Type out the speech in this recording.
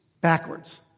backwards